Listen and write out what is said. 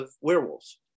werewolves